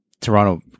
Toronto